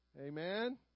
Amen